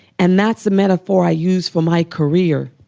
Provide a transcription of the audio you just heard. and that's a metaphor i use for my career,